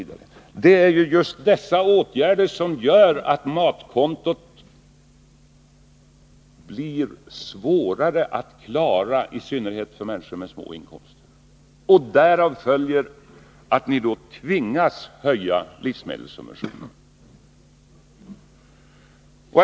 Det är just dessa åtgärder som gör att matkontot blir svårare att klara i synnerhet för människor med små inkomster. Därav följer att ni då tvingas höja livsmedelssubventionerna.